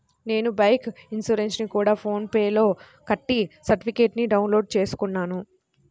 నేను బైకు ఇన్సురెన్సుని గూడా ఫోన్ పే లోనే కట్టి సర్టిఫికేట్టుని డౌన్ లోడు చేసుకున్నాను